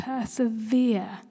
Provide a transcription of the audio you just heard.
persevere